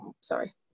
sorry